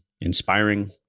inspiring